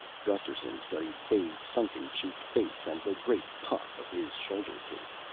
gusterson studied fay's sunken-cheeked face and the great puff of his shoulder cape.